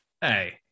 hey